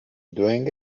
doing